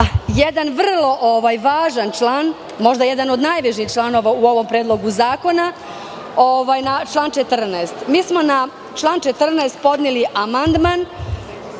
Jedan vrlo važan član, možda i jedan od najvažnijih članova u ovom predlogu zakona, je član 14. Mi smo na član 14. podneli amandman